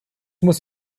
muss